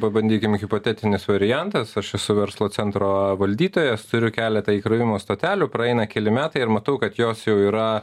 pabandykim hipotetinis variantas aš esu verslo centro valdytojas turiu keletą įkrovimo stotelių praeina keli metai ir matau kad jos jau yra